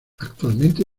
actualmente